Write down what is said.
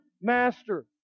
master